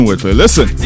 Listen